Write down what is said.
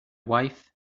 wife